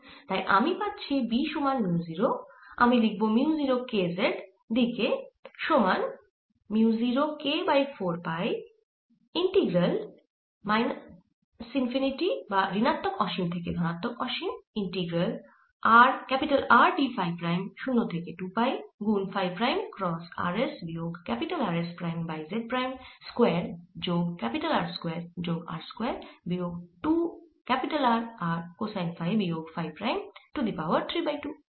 তাই আমি পাচ্ছি B সমান মিউ 0 আমি লিখব মিউ 0 k z দিকে সমান mu 0 k by 4 pi integral d z prime ঋণাত্মক অসীম থেকে ধনাত্মক অসীম integral R d phi prime 0 থেকে 2 পাই গুন phi prime cross r s বিয়োগ R s prime by z prime square যোগ R স্কয়ার যোগ r স্কয়ার বিয়োগ 2 R r কোসাইন ফাই বিয়োগ phi prime to the power 3 by 2